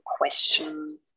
question